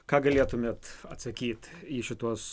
ką galėtumėt atsakyti į šituos